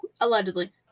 Allegedly